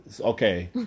Okay